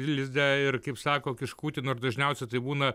lizde ir kaip sako kiškutį nors dažniausiai tai būna